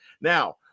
Now